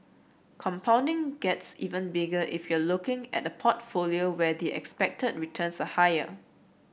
compounding gets even bigger if you're looking at a portfolio where the expected returns are higher